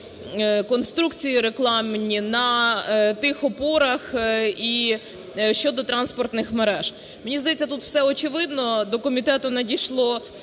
конструкції рекламні на тих опорах і щодо транспортних мереж. Мені здається, тут все очевидно. До комітету надійшло